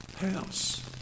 house